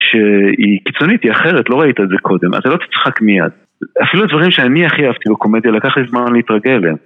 שהיא קיצונית, היא אחרת, לא ראית את זה קודם, אתה לא תצחק מייד. אפילו דברים שאני הכי אהבתי בקומדיה, לקח לי זמן להתרגל אליהם.